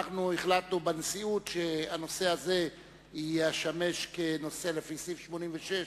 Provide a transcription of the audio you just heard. אנחנו החלטנו בנשיאות שהנושא יידון לפי סעיף 86,